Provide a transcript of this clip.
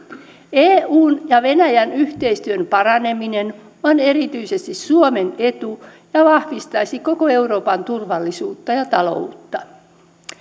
eun ja venäjän yhteistyön paraneminen on erityisesti suomen etu ja vahvistaisi koko euroopan turvallisuutta ja taloutta